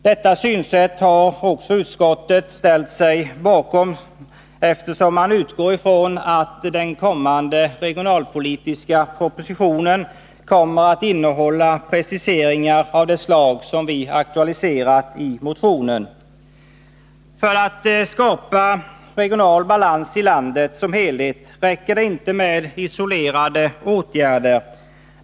Detta synsätt har också utskottet ställt sig bakom, eftersom man utgår från att den kommande reginalpolitiska propositionen kommer att innehålla preciseringar av det slag som vi har aktualiserat i motionen. För att skapa regional balans i landet som helhet räcker det inte med isolerade åtgärder.